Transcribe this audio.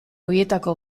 horietako